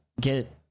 get